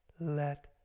Let